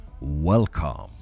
Welcome